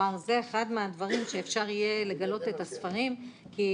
זה אחד מהדברים שאפשר יהיה לגלות את הספרים, כי